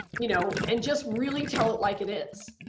you know and just really tell it like it is.